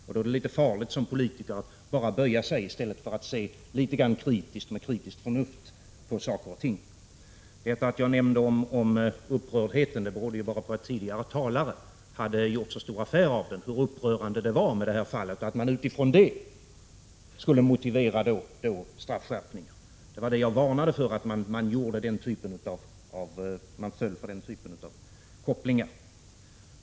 Och då är det litet farligt att som politiker bara böja sig i stället för att se med litet kritiskt förnuft på saker och ting. Att jag nämnde upprördheten berodde på att tidigare talare gjorde så stor affär av den — hur upprörande det var med Piteåfallet och att man utifrån det kunde motivera en straffskärpning. Vad jag varnade för var att falla för den typen av koppling.